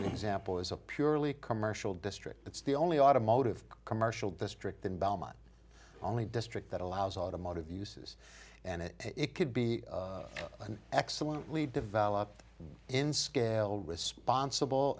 an example is a purely commercial district that's the only automotive commercial district in belmont only district that allows automotive uses and it could be an excellent lead developer in scale responsible